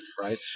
right